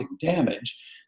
damage